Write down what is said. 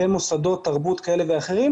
במוסדות תרבות כאלה ואחרים,